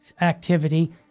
activity